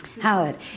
Howard